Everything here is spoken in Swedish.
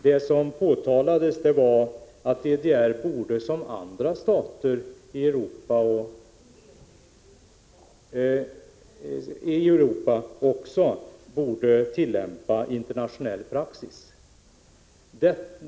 Vad som påtalades var att DDR, på samma sätt som andra stater i Europa, borde tillämpa internationell praxis.